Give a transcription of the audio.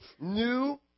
new